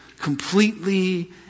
completely